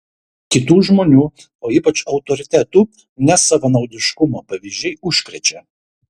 kitų žmonių o ypač autoritetų nesavanaudiškumo pavyzdžiai užkrečia